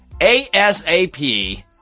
ASAP